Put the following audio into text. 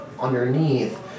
underneath